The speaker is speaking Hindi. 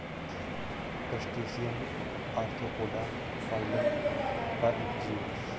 क्रस्टेशियन ऑर्थोपोडा फाइलम का एक जीव है